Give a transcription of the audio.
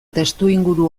testuinguru